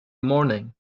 morning